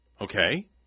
Okay